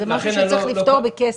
זה משהו שצריך לפתור בכסף.